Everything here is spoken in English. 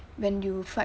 when you tried